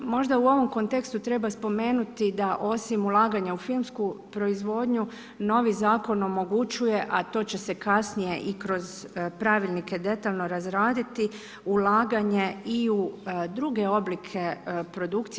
Možda u ovom kontekstu treba spomenuti da osim ulaganja u filmsku proizvodnju novi zakon omogućuje, a to će se kasnije i kroz pravilnike detaljno razraditi, ulaganje i u druge oblike produkcije.